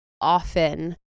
often